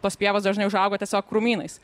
tos pievos dažnai užauga tiesiog krūmynais